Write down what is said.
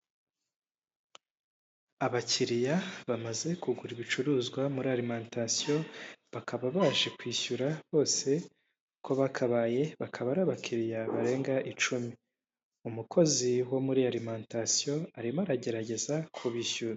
Abakiriya bamaze kugura ibicuruzwa muri arimantasiyo, bakaba baje kwishyura bose uko bakabaye, bakaba ari abakiriya barenga icumi, umukozi wo muri iyo arimantasiyo arimo aragerageza kubishyuza.